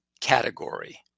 category